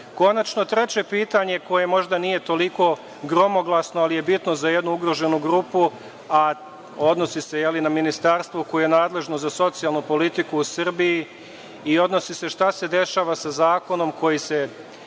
treće pitanje, koje možda nije toliko gromoglasno, ali je bitno za jednu ugroženu grupu, odnosi se na ministarstvo koje je nadležno za socijalnu politiku u Srbiji i odnosi se na to šta se dešava sa zakonom koji